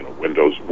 windows